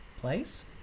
place